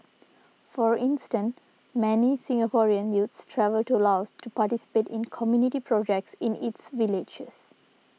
for instance many Singaporean youths travel to Laos to participate in community projects in its villages